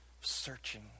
searching